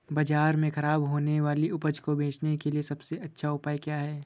बाजार में खराब होने वाली उपज को बेचने के लिए सबसे अच्छा उपाय क्या है?